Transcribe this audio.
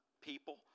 people